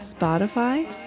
Spotify